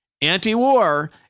anti-war